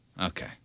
Okay